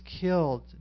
killed